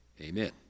amen